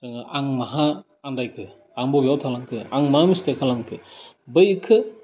जोङो आं माहा आन्दायखो आं बबेयाव थालांखो आं मा मिस्टेक खालामखो बैखो